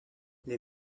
les